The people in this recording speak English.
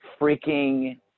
freaking